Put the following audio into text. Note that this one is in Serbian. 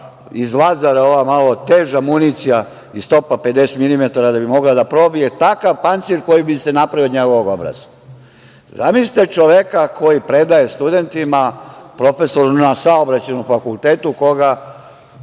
iz Lazara, malo teža municija iz topa 50 milimetara, da bi mogla da probije takav pancir koji bi se napravio od njegovog obraza. Zamislite čoveka koji predaje studentima, profesor na Saobraćajnom fakultetu, koga